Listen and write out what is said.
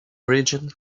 region